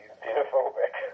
xenophobic